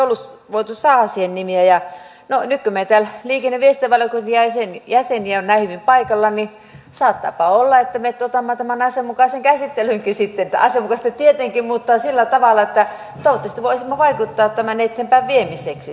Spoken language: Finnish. no nyt kun meitä liikenne ja viestintävaliokunnan jäseniä on näin hyvin paikalla niin saattaapa olla että me otamme tämän asianmukaiseen käsittelyynkin asianmukaiseen tietenkin mutta sillä tavalla että toivottavasti voisimme vaikuttaa tämän eteenpäinviemiseksi myöskin